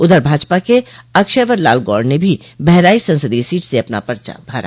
उधर भाजपा के अक्षयवर लाल गौड़ ने भी बहराइच संसदीय सीट से अपना पर्चा भरा